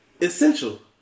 Essential